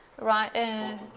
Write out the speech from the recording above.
right